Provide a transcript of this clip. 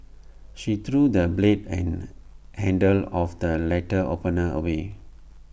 she threw the blade and handle of the letter opener away